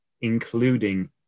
including